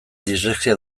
dislexia